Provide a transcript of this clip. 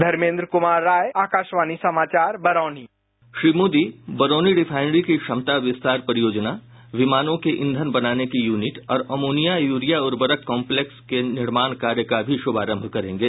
धर्मेन्द्र कुमार राय आकाशवाणी समाचार बरौनी श्री मोदी बरौनी रिफाइनरी की क्षमता विस्तार परियोजना विमानों के ईंधन बनाने की यूनिट और अमोनिया यूरिया उर्वरक कॉम्प्लेक्स के निर्माण कार्य का भी शुभारंभ करेंगे